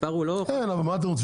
מספר הוא לא --- כן אבל מה אתם רוצים?